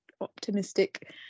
optimistic